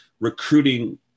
recruiting